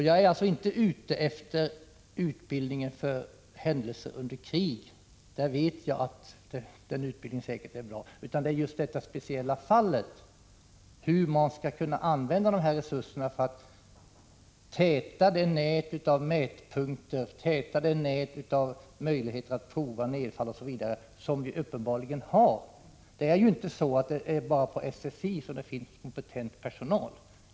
Jag är inte ute efter en översyn av utbildningen för verksamhet under krig — den utbildningen är säkert bra — utan av hur man i detta speciella fall skulle ha kunnat använda resurserna för att täta nätet av mätpunkter och möjligheterna att prova nedfall osv. Det är ju inte bara på SSI som det finns kompetent personal.